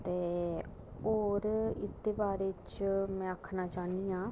होर एह्दे बारै च में आक्खना चाह्नीं आं